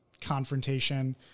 confrontation